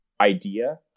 idea